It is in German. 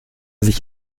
sich